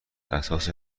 اساس